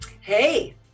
Hey